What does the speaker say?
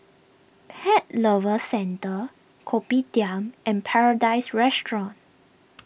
Pet Lovers Centre Kopitiam and Paradise Restaurant